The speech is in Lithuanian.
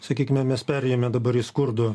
sakykime mes perėjome dabar į skurdo